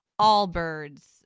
Allbirds